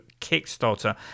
Kickstarter